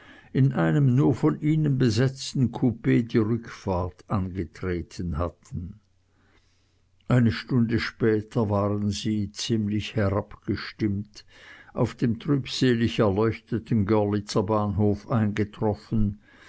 in einem nur von ihnen besetzten kupee die rückfahrt angetreten hatten eine stunde später waren sie ziemlich herabgestimmt auf dem trübselig erleuchteten görlitzer bahnhof eingetroffen